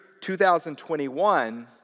2021